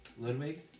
Ludwig